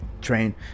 train